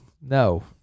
No